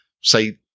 say